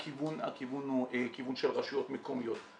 הכיוון הוא כיוון של רשויות מקומיות.